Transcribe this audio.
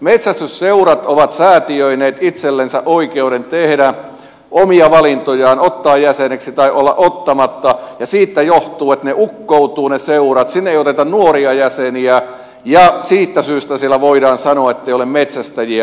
metsästysseurat ovat säätiöineet itsellensä oikeuden tehdä omia valintojaan ottaa jäseneksi tai olla ottamatta ja siitä johtuu että ne seurat ukkoutuvat sinne ei oteta nuoria jäseniä ja siitä syystä siellä voidaan sanoa että ei ole metsästäjiä